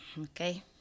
okay